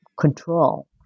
control